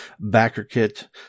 BackerKit